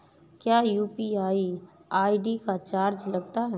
क्या UPI ID का charge लगता है?